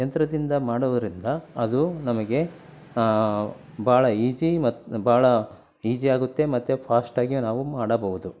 ಯಂತ್ರದಿಂದ ಮಾಡುವದ್ರಿಂದ ಅದು ನಮಗೆ ಭಾಳ ಈಸಿ ಮತ್ತು ಭಾಳ ಈಸಿಯಾಗುತ್ತೆ ಮತ್ತು ಫಾಸ್ಟಾಗಿಯೂ ನಾವು ಮಾಡಬಹುದು